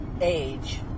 age